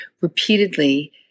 repeatedly